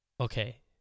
Okay